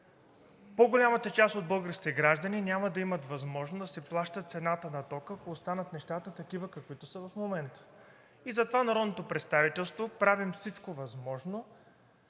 по-голямата част от българските граждани няма да имат възможност да си плащат цената на тока, ако нещата останат такива, каквито са в момента. Затова народното представителство правим всичко възможно